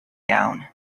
gown